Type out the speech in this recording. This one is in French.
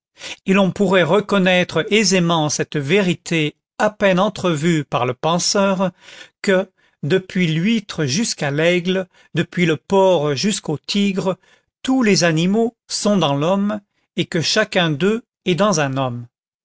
et l'on pourrait reconnaître aisément cette vérité à peine entrevue par le penseur que depuis l'huître jusqu'à l'aigle depuis le porc jusqu'au tigre tous les animaux sont dans l'homme et que chacun d'eux est dans un homme